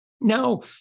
Now